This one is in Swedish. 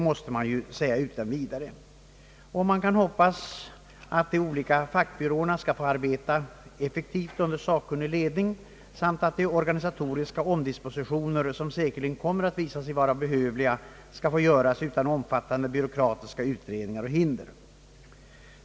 Man kan hoppas på att de olika fackbyråerna skall få arbeta effektivt under sakkunnig ledning samt att de organisatoriska omdispositioner som säkerligen kommer att visa sig behövliga skall få göras utan omfattande byråkratiska utredningar och hinder.